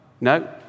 No